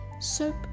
soap